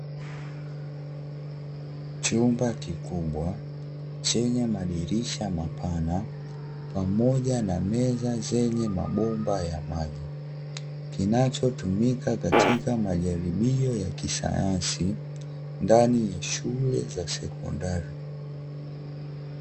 Chumba kikubwa chenye madirisha mapana, pamoja na meza zenye mabomba ya maji kinachotumika katika majaribio ya kisayansi ndani ya shule za sekondari.